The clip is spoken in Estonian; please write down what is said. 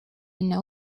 enne